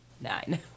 Nine